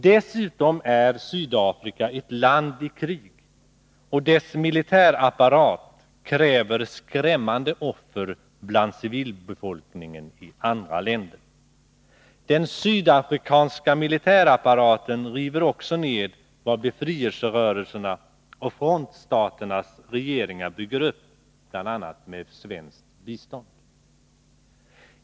Dessutom är Sydafrika ett land i krig, och dess militärapparat kräver skrämmande stora offer bland civilbefolkningen i andra länder. Den sydafrikanska militärapparaten river också ned vad befrielserörelserna och frontstaternas regeringar bygger upp, bl.a. med svenskt bistånd.